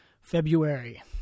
February